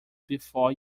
before